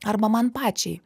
arba man pačiai